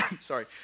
sorry